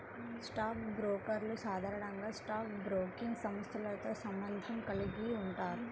stock బ్రోకర్లు సాధారణంగా stock broking సంస్థతో సంబంధం కలిగి ఉంటారు